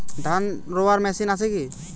ধান রোয়ার মেশিন আছে কি?